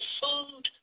food